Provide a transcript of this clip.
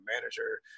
manager